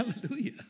Hallelujah